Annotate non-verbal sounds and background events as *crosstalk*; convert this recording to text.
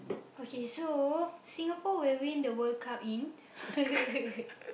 okay so Singapore will win the World Cup in *laughs*